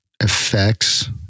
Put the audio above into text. effects